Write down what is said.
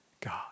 God